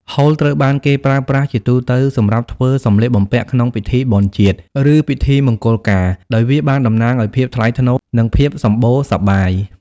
ហូលត្រូវបានគេប្រើប្រាស់ជាទូទៅសម្រាប់ធ្វើ សម្លៀកបំពាក់ក្នុងពិធីបុណ្យជាតិ ឬពិធីមង្គលការ ដោយវាបានតំណាងឱ្យភាពថ្លៃថ្នូរ និងភាពសម្បូរសប្បាយ។